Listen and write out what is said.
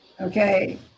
Okay